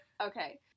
Okay